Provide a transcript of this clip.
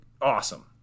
awesome